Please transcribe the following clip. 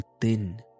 thin